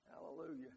Hallelujah